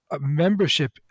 membership